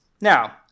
Now